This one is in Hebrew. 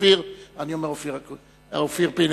אופיר פינס.